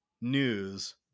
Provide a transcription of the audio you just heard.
news